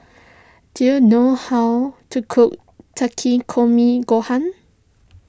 do you know how to cook Takikomi Gohan